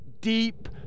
deep